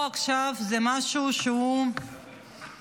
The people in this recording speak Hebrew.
אבל פה עכשיו זה משהו שהוא בדמי,